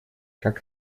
как